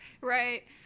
right